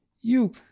You